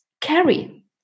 carry